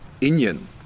Indian